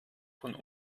von